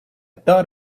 thought